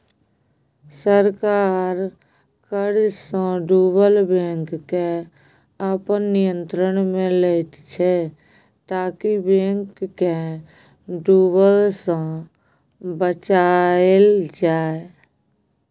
सरकार कर्जसँ डुबल बैंककेँ अपन नियंत्रणमे लैत छै ताकि बैंक केँ डुबय सँ बचाएल जाइ